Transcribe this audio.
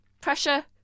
pressure